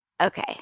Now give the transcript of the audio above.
okay